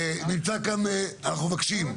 נמצא כאן, אנחנו מבקשים,